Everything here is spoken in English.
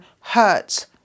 hurt